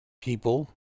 people